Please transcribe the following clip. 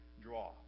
draw